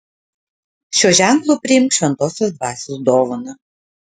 šiuo ženklu priimk šventosios dvasios dovaną